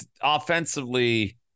offensively